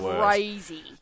crazy